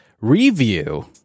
Review